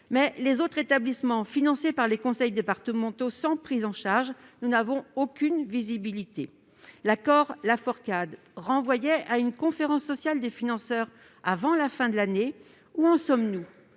des autres établissements financés par les conseils départementaux, sans prise en charge, nous n'avons aucune visibilité. L'accord Laforcade renvoyait la question à une conférence sociale des financeurs, qui devait se tenir avant la fin de l'année : où en sommes-nous ?